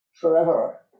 forever